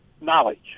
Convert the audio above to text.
knowledge